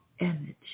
energy